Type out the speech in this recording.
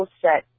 set